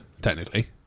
technically